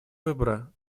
выбора